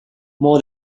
more